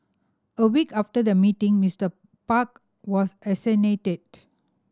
a week after the meeting Mister Park was assassinated